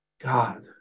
God